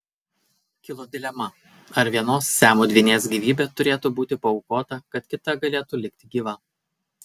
kilo dilema ar vienos siamo dvynės gyvybė turėtų būti paaukota kad kita galėtų likti gyva